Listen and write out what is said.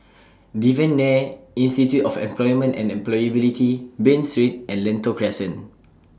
Devan Nair Institute of Employment and Employability Bain Street and Lentor Crescent